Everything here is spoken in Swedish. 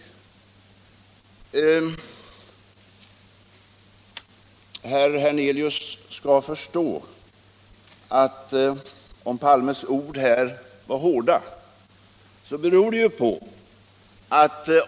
Om Olof Palmes ord här var hårda så har det sin förklaring — det skall herr Hernelius förstå.